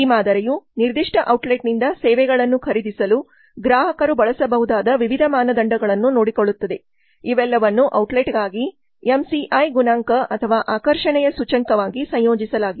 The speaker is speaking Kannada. ಈ ಮಾದರಿಯು ನಿರ್ದಿಷ್ಟ ಔಟ್ಲೆಟ್ನಿಂದ ಸೇವೆಗಳನ್ನು ಖರೀದಿಸಲು ಗ್ರಾಹಕರು ಬಳಸಬಹುದಾದ ವಿವಿಧ ಮಾನದಂಡಗಳನ್ನು ನೋಡಿಕೊಳ್ಳುತ್ತದೆ ಇವೆಲ್ಲವನ್ನೂ ಔಟ್ಲೆಟ್ಗಾಗಿ ಎಂಸಿಐ ಗುಣಾಂಕ ಅಥವಾ ಆಕರ್ಷಣೆಯ ಸೂಚ್ಯಂಕವಾಗಿ ಸಂಯೋಜಿಸಲಾಗಿದೆ